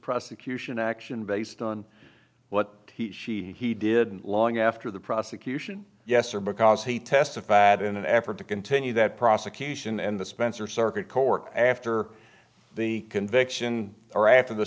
prosecution action based on what he she he did long after the prosecution yes or because he testified in an effort to continue that prosecution and the spencer circuit court after the conviction or after the